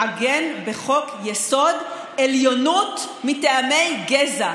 לעגן בחוק-יסוד עליונות מטעמי גזע,